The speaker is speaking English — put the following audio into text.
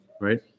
right